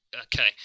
Okay